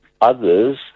others